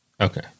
Okay